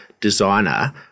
designer